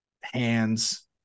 hands